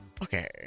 Okay